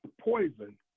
poison